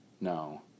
no